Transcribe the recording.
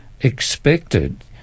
expected